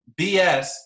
BS